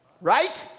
Right